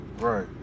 Right